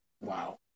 Wow